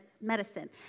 medicine